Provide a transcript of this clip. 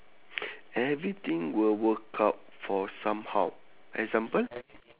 everything will work out for somehow example